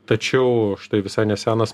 tačiau štai visai nesenas